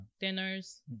dinners